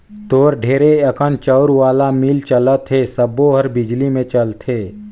तोर ढेरे अकन चउर वाला मील चलत हे सबो हर बिजली मे चलथे